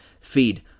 feed